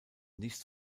nichts